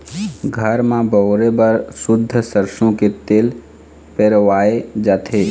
घर म बउरे बर सुद्ध सरसो के तेल पेरवाए जाथे